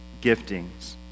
giftings